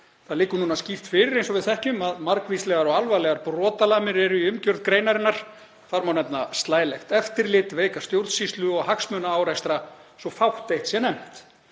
Það liggur skýrt fyrir, eins og við þekkjum, að margvíslegar og alvarlegar brotalamir eru í umgjörð greinarinnar. Þar má nefna slælegt eftirlit, veika stjórnsýslu og hagsmunaárekstra, svo að fátt eitt sé nefnt.